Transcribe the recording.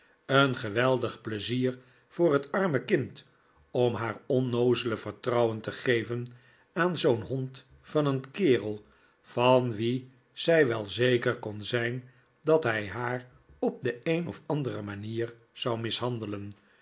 een geweldig pleizier voor het arme kind om haar ohnoozele vertrouwen te geven aan zoo'n hond van een kerel van wien zij wel zeker kori zijn dat hij haar op de een of andere manier zou mishandelen